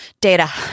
data